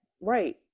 right